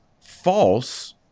false